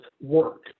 work